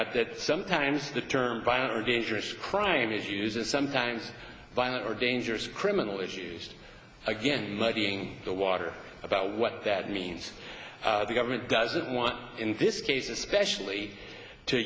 out that sometimes the term dangerous crime is uses sometimes violent or dangerous criminal is used again muddying the water about what that means the government doesn't want in this case especially to